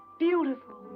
beautiful!